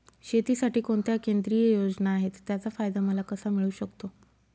शेतीसाठी कोणत्या केंद्रिय योजना आहेत, त्याचा फायदा मला कसा मिळू शकतो?